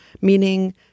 meaning